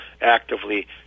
actively